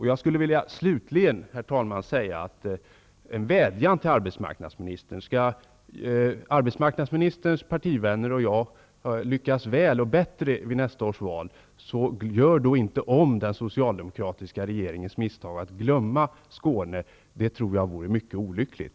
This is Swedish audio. Jag skulle slutligen, herr talman, vilja rikta en vädjan till arbetsmarknadsministern. Om arbetsmarknadsministerns partivänner och jag skall lyckas väl och bättre i nästa val, får regeringen inte göra om den socialdemokratiska regeringens misstag att glömma Skåne. Det vore mycket olyckligt.